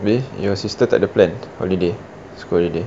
maybe your sister tiada plan holiday school holiday